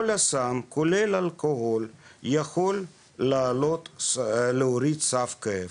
כל הסמים, כולל אלכוהול, יכול להוריד סף כאב.